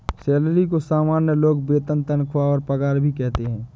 salary को सामान्य लोग वेतन तनख्वाह और पगार भी कहते है